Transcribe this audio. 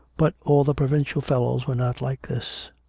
but all the provincial fellows were not like this.